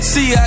See